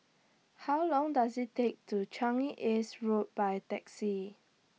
How Long Does IT Take to Changi East Road By Taxi